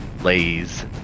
lays